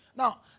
Now